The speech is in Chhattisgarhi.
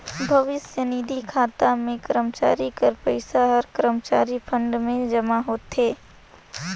भविस्य निधि खाता में करमचारी कर पइसा हर करमचारी फंड में जमा होथे